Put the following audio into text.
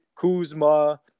kuzma